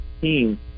team